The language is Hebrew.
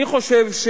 אני חושב,